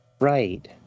Right